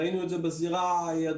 ראינו את זה בזירה הדרומית,